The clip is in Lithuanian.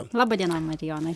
laba diena marijonai